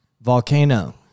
Volcano